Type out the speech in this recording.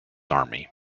army